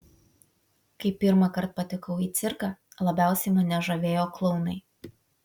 kai pirmąkart patekau į cirką labiausiai mane žavėjo klounai